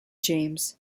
james